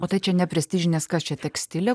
o tai čia neprestižinės kas čia tekstilė